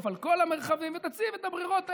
על כל המרחבים ותציף את הברירות האלה,